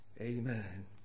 Amen